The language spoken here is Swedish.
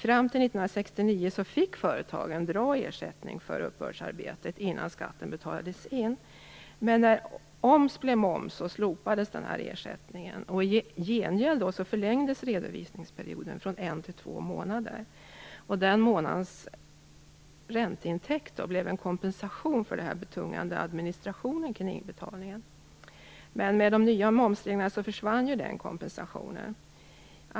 Fram till 1969 fick företagen en bra ersättning för uppbördsarbetet innan skatten betalades in. Men när oms blev moms slopades denna ersättning. I gengäld förlängdes redovisningsperioden från en till två månader. Den månadens ränteintäkt blev en kompensation för den betungande administrationen kring inbetalningen. Men med de nya momsreglerna försvann den kompensationen.